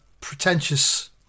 Pretentious